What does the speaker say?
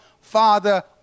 father